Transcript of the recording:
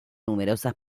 numerosas